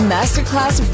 Masterclass